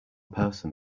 person